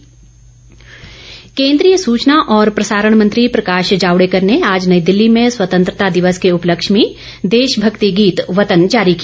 वतन गीत केन्द्रीय सूचना और प्रसारण मंत्री प्रकाश जावड़ेकर ने आज नई दिल्ली में स्वतंत्रता दिवस के उपलक्ष्य में देशमक्ति गीत वतन जारी किया